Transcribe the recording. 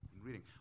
reading